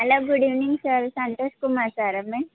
hello good evening sir Santosh Kumar Sarah